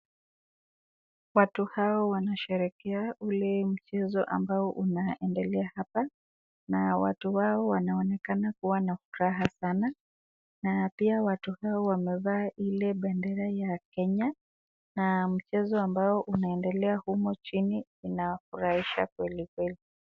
Watu hawa wanasherehekea ule mchezo ambao unaendelea hapa, na watu hawa wanaonekana kuwa na furaha sana, na pia watu hawa wamevaa ile bendera ya Kenya, na mchezo ambao unaendelea humo chini inawafurahisha kweli kweli.